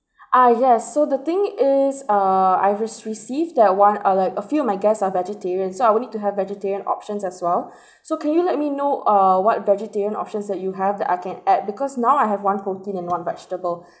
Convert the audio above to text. ah yes so the thing is uh I just received that one uh like a few my guests are vegetarian so I will need to have vegetarian options as well so can you let me know uh what vegetarian options that you have that I can add because now I have one protein and one vegetable